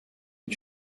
est